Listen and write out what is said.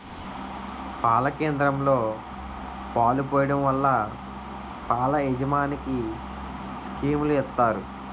పాల కేంద్రంలో పాలు పోయడం వల్ల పాల యాజమనికి స్కీములు ఇత్తారు